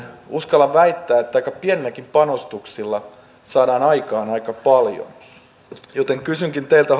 uskallan väittää että kaiken kaikkiaan aika pienilläkin panostuksilla saadaan aikaan aika paljon joten kysynkin teiltä